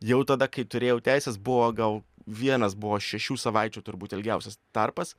jau tada kai turėjau teises buvo gal vienas buvo šešių savaičių turbūt ilgiausias tarpas